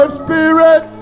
spirit